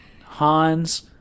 Han's